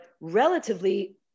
relatively